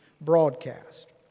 broadcast